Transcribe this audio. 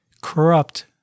corrupt